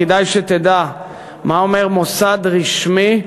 כדאי שתדע מה אומר מוסד רשמי,